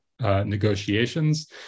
negotiations